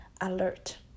alert